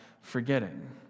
forgetting